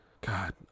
god